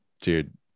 dude